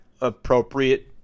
appropriate